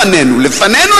לפנינו,